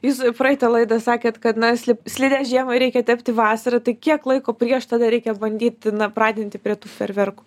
jūs praeitą laidą sakėt kad na sli slides žiemai reikia tepti vasarą tai kiek laiko prieš tada reikia bandyt na pratinti prie tų fejerverkų